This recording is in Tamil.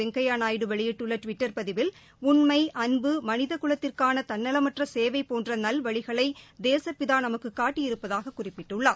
வெங்கய்யா நாயுடு வெளியிட்டுள்ள டுவிட்டர் பதிவில் டன்மை அன்பு மனிலகுலத்திற்கான தன்னலமற்ற சேவை போன்ற நல்வழிகளை தேசப்பிதா நமக்கு காட்டியிருப்பதாக குறிப்பிட்டுள்ளார்